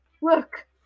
Look